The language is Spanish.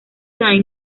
tyne